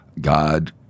God